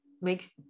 makes